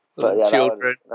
Children